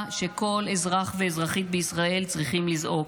שכל אזרח ואזרחית בישראל צריכים לזעוק,